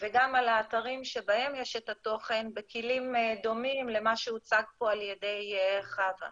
וגם על אתרים שבהם יש את התוכן בכלים דומים למה שהוצג פה על ידי חוה.